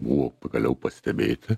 buvo pagaliau pastebėti